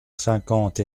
cinquante